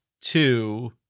two